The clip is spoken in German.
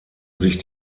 sich